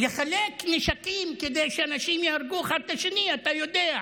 לחלק נשקים כדי שאנשים יהרגו אחד את השני אתה יודע.